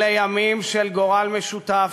אלה ימים של גורל משותף,